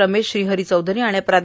रमेश श्रीहरी चौधरी आणि प्रा